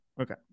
Okay